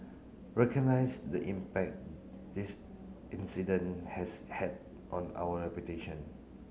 recognise the impact this incident has had on our reputation